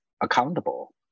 accountable